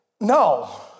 No